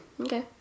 Okay